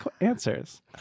answers